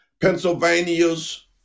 Pennsylvania's